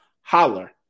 Holler